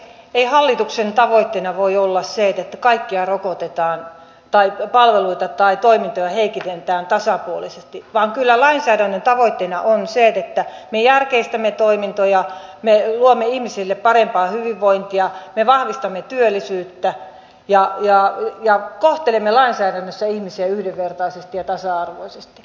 ei hallituksen tavoitteena voi olla se että kaikkia rokotetaan tai palveluita tai toimintoja heikennetään tasapuolisesti vaan kyllä lainsäädännön tavoitteena on se että me järkeistämme toimintoja me luomme ihmisille parempaa hyvinvointia me vahvistamme työllisyyttä ja kohtelemme lainsäädännössä ihmisiä yhdenvertaisesti ja tasa arvoisesti